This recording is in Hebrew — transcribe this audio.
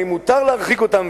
האם מותר להרחיק אותם,